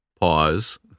Pause